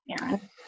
Aaron